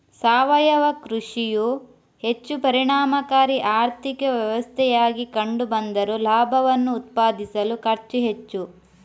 ಸಾವಯವ ಕೃಷಿಯು ಹೆಚ್ಚು ಪರಿಣಾಮಕಾರಿ ಆರ್ಥಿಕ ವ್ಯವಸ್ಥೆಯಾಗಿ ಕಂಡು ಬಂದರೂ ಲಾಭವನ್ನು ಉತ್ಪಾದಿಸಲು ಖರ್ಚು ಹೆಚ್ಚು